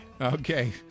Okay